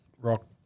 rock